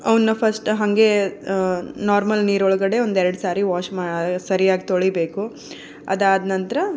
ಅವನ್ನು ಫಸ್ಟ್ ಹಾಗೆ ನಾರ್ಮಲ್ ನೀರು ಒಳಗಡೆ ಒಂದೆರಡು ಸಾರಿ ವಾಶ್ ಮಾ ಸರಿಯಾಗಿ ತೊಳಿಬೇಕು ಅದಾದ ನಂತರ